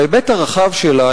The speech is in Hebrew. בהיבט הרחב שלה,